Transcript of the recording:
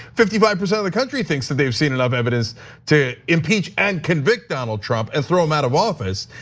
fifty five percent of the country thinks that they've seen enough evidence to impeach and convict donald trump and throw him out of office.